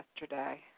yesterday